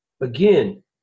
again